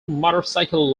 motorcycle